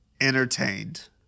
entertained